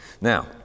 Now